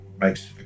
makes